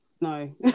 no